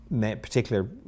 particular